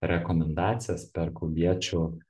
rekomendacijas per klubiečių